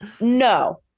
No